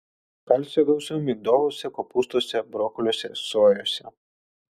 kalcio gausu migdoluose kopūstuose brokoliuose sojose